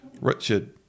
Richard